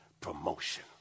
promotion